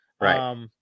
Right